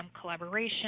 Collaboration